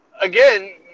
again